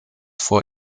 vor